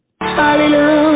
Hallelujah